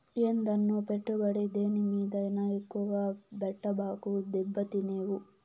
ఏందన్నో, పెట్టుబడి దేని మీదైనా ఎక్కువ పెట్టబాకు, దెబ్బతినేవు